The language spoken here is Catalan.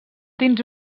dins